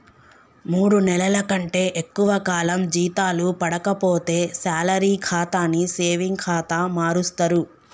మూడు నెలల కంటే ఎక్కువ కాలం జీతాలు పడక పోతే శాలరీ ఖాతాని సేవింగ్ ఖాతా మారుస్తరు